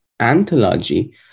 anthology